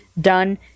done